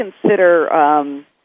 consider